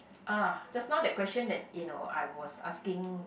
ah just now that question that you know I was asking